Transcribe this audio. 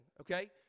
Okay